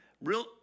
Real